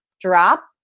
drop